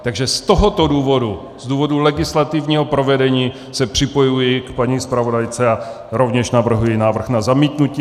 Takže z tohoto důvodu, z důvodu legislativního provedení, se připojuji k paní zpravodajce a rovněž navrhuji návrh na zamítnutí.